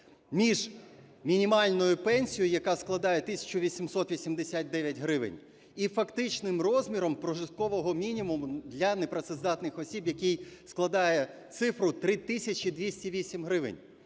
між мінімальною пенсією, яка складає 1 тисяча 889 гривень, і фактичним розміром прожиткового мінімуму для непрацездатних осіб, який складає цифру 3 тисячі 208 гривень?